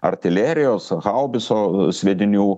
artilerijos haubiso sviedinių